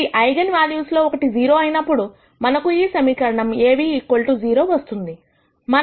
కాబట్టి eigen values లో ఒకటి 0 అయినప్పుడు మనకు ఈ సమీకరణం Aν 0 వస్తుంది